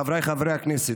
חבריי חברי הכנסת,